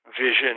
vision